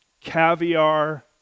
caviar